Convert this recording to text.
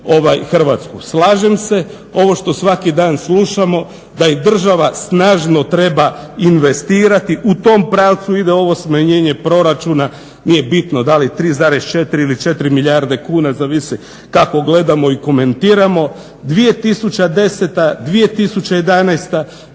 Hrvatsku. Slažem se ovo što svaki dan slušamo da i država snažno treba investirati, u tom pravcu ide ovo smanjenje proračuna, nije bitno da li 3,4 ili 4 milijarde kuna zavisi kako gledamo i komentiramo. 2010., 2011.